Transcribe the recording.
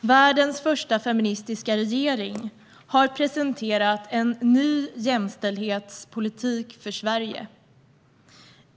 Världens första feministiska regering har presenterat en ny jämställdhetspolitik för Sverige.